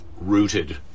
rooted